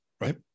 Right